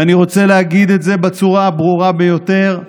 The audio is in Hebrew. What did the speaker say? ואני רוצה להגיד את זה בצורה הברורה ביותר: